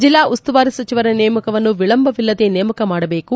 ಜಿಲ್ಲಾ ಉಸ್ತುವಾರಿ ಸಚಿವರ ನೇಮಕವನ್ನು ವಿಳಂಬವಿಲ್ಲದೆ ನೇಮಕ ಮಾಡಬೇಕು